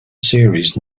series